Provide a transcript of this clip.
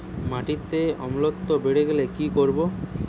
মাটিতে অম্লত্ব বেড়েগেলে কি করব?